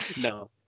No